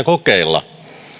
kokeilla